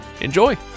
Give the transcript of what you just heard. enjoy